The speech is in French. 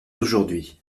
aujourd’hui